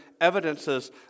evidences